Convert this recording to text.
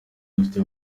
dufite